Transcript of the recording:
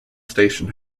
station